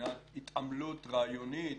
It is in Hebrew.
מבחינת התעמלות רעיונית